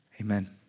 Amen